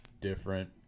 different